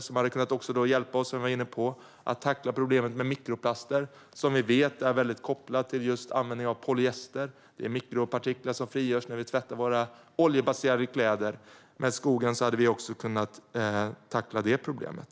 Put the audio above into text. Den hade också kunnat hjälpa oss att tackla problemet med mikroplaster som jag var inne på, som vi vet är kopplat till användningen av polyester. Mikropartiklar frigörs när vi tvättar våra oljebaserade kläder. Med skogen hade vi kunnat tackla också det problemet.